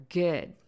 good